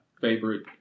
favorite